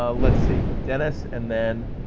ah let's see, dennis and then,